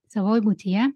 savoj būtyje